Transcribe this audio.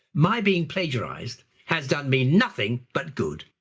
my being plagiarized has done me nothing but good.